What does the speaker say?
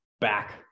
back